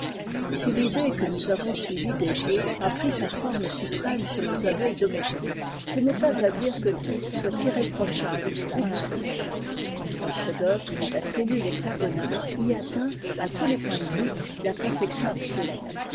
si ridée que nous avons suivie des yeux a pris sa forme suprême chez nos abeilles domestiques ce n'est pas à dire que tout soit irréprochable dans la ruche un chef-d'œuvre la cellule hexagonale y atteint à tous les points de vue la perfection absolue